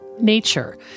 nature